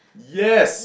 yes